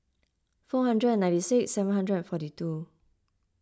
four hundred and ninety six seven hundred and forty two